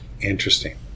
Interesting